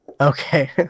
Okay